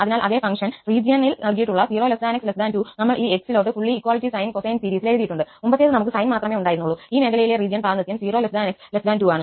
അതിനാൽ അതേ 𝑥ഫംഗ്ഷൻ റീജിയനിൽ നൽകിയിട്ടുള്ള 0 𝑥 2 നമ്മൾ ഈ 𝑥 ഫുള്ളി ഇക്വാളിറ്റി സൈൻ കോസിൻ സീരിസിൽ എഴുതിയിട്ടുണ്ട് മുമ്പത്തേത് നമുക്ക് സൈൻ മാത്രമേ ഉണ്ടായിരുന്നുള്ളൂ ഈ മേഖലയിലെ റീജിയൻ പ്രാതിനിധ്യം 0 𝑥 2